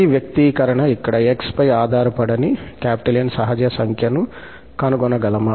ఈ వ్యక్తీకరణ ఇక్కడ 𝑥 పై ఆధారపడని 𝑁 సహజ సంఖ్యను కనుగొనగలమా